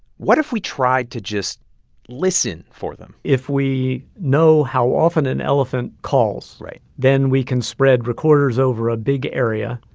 what if we tried to just listen for them? if we know how often an elephant calls. right. then we can spread recorders over a big area.